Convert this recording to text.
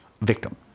victim